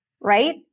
right